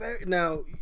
now